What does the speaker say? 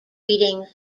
readings